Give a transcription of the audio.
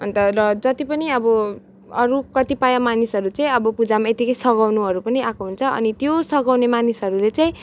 अन्त ल जतिपनि अब अरू कतिपय मानिसहरू चाहिँ अब पुजामा यत्तिकै सघाउनहरू पनि आएको हुन्छ अनि त्यो सघाउने मानिसहरूले चाहिँ